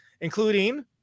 including